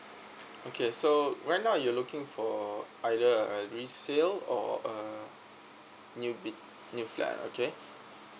okay so right now you're looking for either a resale or uh new big new flat okay